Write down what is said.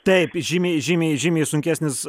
taip žymiai žymiai žymiai sunkesnis